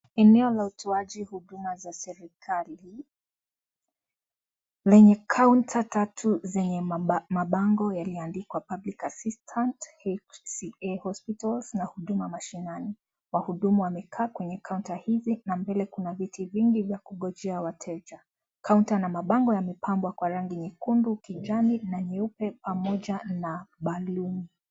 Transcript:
Eneo ya utoaji Huduma za serikali lenye kaunta tatu zenye mabango yaliandikwa public assistant HCA hospital na huduma mashinani. Wahudumu wamekaa kwenye kaunta hizi na mbele kuna viti vingi ya kungojea wateja. Kaunta na mabango yamepakwa kwenye rangi nyekundu ,kijani na nyeupe pamoja na baluni.